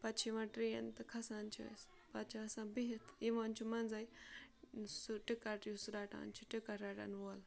پَتہٕ چھِ یِوان ٹرٛین تہٕ کھَسان چھِ أسۍ پَتہٕ چھِ آسان بِہِتھ یِوان چھُ منٛزَے سُہ ٹِکَٹ یُس رَٹان چھُ ٹِکَٹ رَٹَن وول